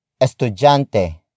Estudiante